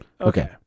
Okay